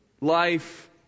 life